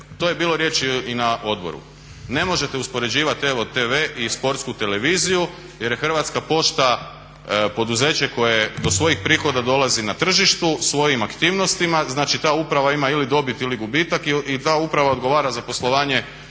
to je bilo riječi i na Odboru. Ne možete uspoređivati EVO tv i Sportsku televiziju, jer je Hrvatska pošta poduzeće koje do svojih prihoda dolazi na tržištu svojim aktivnostima. Znači, ta uprava ima ili dobit ili gubitak i ta uprava odgovara za poslovanje